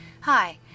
Hi